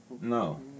No